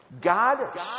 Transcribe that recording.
God